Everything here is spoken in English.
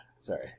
Sorry